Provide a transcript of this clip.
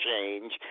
change